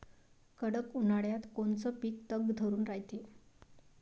कडक उन्हाळ्यात कोनचं पिकं तग धरून रायते?